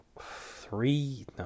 three